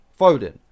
Foden